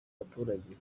abaturage